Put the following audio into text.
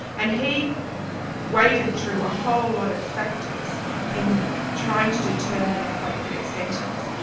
and he waded through a whole lot of factors in trying to determine an appropriate sentence.